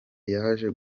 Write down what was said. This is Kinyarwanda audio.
yaje